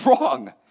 wrong